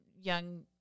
young